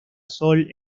sol